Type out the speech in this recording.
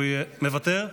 מוותר?